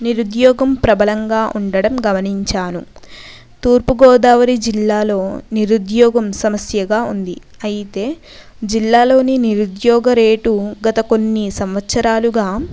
నిరుద్యోగం ప్రభలంగా ఉండడం గమనించాను తూర్పు గోదావరి జిల్లాలో నిరుద్యోగం సమస్యగా ఉంది అయితే జిల్లాలోని నిరుద్యోగ రేటు గత కొన్ని సంవత్సరాలుగా